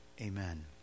Amen